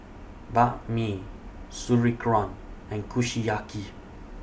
Banh MI Sauerkraut and Kushiyaki